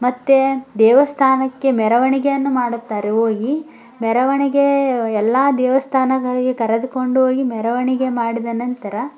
ಮತ್ತು ದೇವಸ್ಥಾನಕ್ಕೆ ಮೆರವಣಿಗೆಯನ್ನು ಮಾಡುತ್ತಾರೆ ಹೋಗಿ ಮೆರೆವಣಿಗೆ ಎಲ್ಲ ದೇವಸ್ಥಾನಗಳಿಗೆ ಕರೆದುಕೊಂಡೋಗಿ ಮೆರವಣಿಗೆ ಮಾಡಿದ ನಂತರ